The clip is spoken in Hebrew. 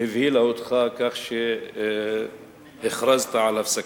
הבהילה אותך, כך שהכרזת על הפסקה.